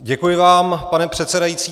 Děkuji vám, pane předsedající.